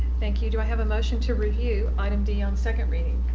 thank you. do i have a motion to review item d on second reading?